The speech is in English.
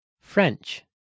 French